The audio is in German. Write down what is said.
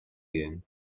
gehen